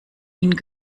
ihnen